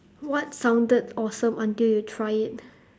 what sounded awesome until you try it